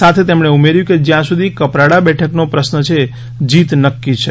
સાથે તેમણે ઉમેર્યું કે જ્યાં સુધી કપરાડા બેઠકનો પ્રશ્ન છે જીત નક્કી છે